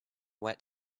wet